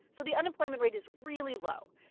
so the unemployment rate is really low,